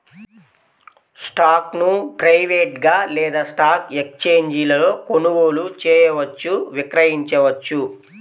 స్టాక్ను ప్రైవేట్గా లేదా స్టాక్ ఎక్స్ఛేంజీలలో కొనుగోలు చేయవచ్చు, విక్రయించవచ్చు